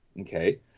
okay